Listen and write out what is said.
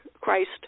christ